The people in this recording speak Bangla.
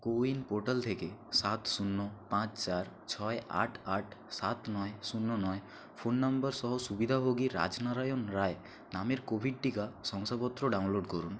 কো উইন পোর্টাল থেকে সাত শূন্য পাঁচ চার ছয় আট আট সাত নয় শূন্য নয় ফোন নাম্বার সহ সুবিধাভোগী রাজনারায়ণ রায় নামের কোভিড টিকা শংসাপত্র ডাউনলোড করুন